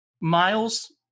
Miles